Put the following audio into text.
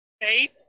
Eight